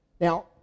now